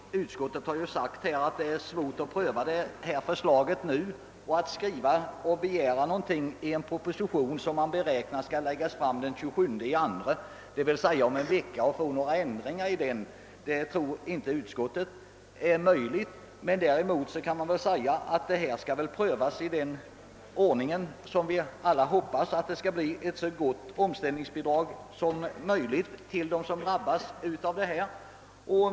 Herr talman! Utskottet har uttalat att det är svårt att pröva detta förslag nu, och att skriva och begära ändringar i en proposition som man beräknar skall läggas fram den 27 februari, d.v.s. om en vecka, tror utskottet är utsiktslöst. Däremot kan man väl säga att detta är något som skall prövas, och vi hoppas väl alla att de som drabbats av oförvållad arbetslöshet skall få ett så gott bidrag som möjligt.